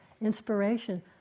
inspiration